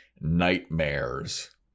Nightmares